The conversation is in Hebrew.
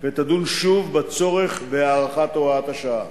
ותדון שוב בצורך בהארכת הוראת השעה.